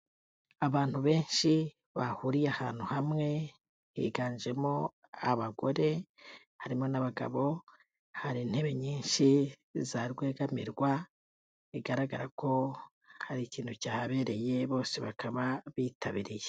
Abantu benshi bahuriye ahantu hamwe higanjemo abagore harimo n'abagabo, hari intebe nyinshi za rwegamirwa bigaragara ko hari ikintu cyahabereye bose bakaba bitabiriye.